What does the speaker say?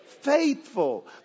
faithful